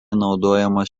naudojamas